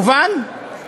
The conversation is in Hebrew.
מובן?